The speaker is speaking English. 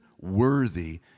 worthy